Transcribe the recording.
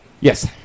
Yes